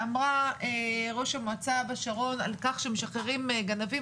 ואמרה ראש המועצה בשרון על כך שמשחררים גנבים,